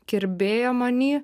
kirbėjo many